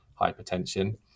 hypertension